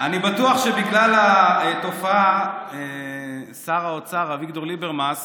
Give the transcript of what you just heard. אני בטוח שבגלל התופעה שר האוצר אביגדור ליברמס